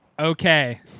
Okay